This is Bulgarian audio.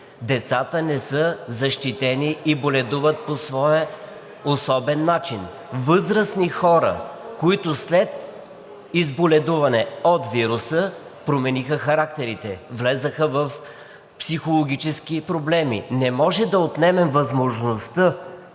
Децата не са защитени и боледуват по своя особен начин. Възрастни хора, които след боледуване от вируса промениха характерите си, влязоха в психологически проблеми. Не можем да отнемем възможността